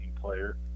player